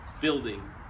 building